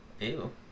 Ew